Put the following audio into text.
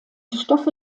stoffe